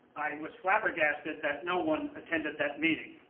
i was flabbergasted that no one attended that meeting.